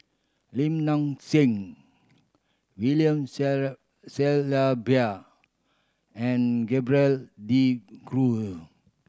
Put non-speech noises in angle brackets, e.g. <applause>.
Lim Nang Seng William <unintelligible> Shellabear and Gerald De Cru